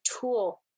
tool